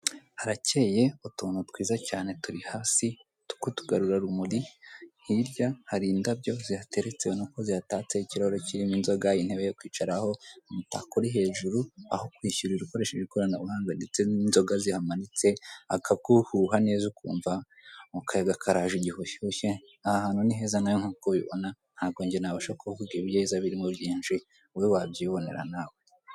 Harakeye utuntu twiza cyane turi hasi tw'utugarurarumuri, hirya hari indabyo zihateretse ubona ko zihatatse ikiraro kirimo inzoga, intebe yo kwicaraho, umutaka uri hejuru, aho kwishyurarira ukoresheje ikoranabuhanga ndetse n'inzoga zihamanitse, akaguhuha neza ukumva akayaga karaje igihe ushyushye, aha hantu ni heza nawe nk'uko ubibona, ntabwo njye nabasha kuvuga ibyiza birimo byinshi wowe wabyibonera nawe.